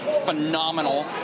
phenomenal